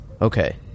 Okay